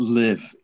live